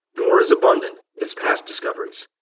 nor as abundant as past discoveries.